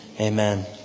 amen